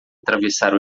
atravessar